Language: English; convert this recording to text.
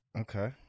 Okay